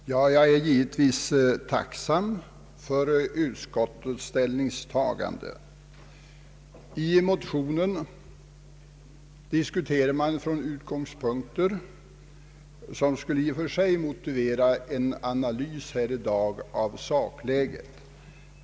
Herr talman! Jag är givetvis tacksam för utskottets ställningstagande. I motionerna diskuterar man från utgångspunkter som i och för sig skulle motivera en analys här i dag av sakläget.